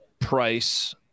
price